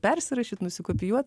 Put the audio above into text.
persirašyt nusikopijuot